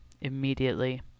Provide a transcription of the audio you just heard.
immediately